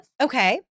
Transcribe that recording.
Okay